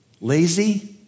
lazy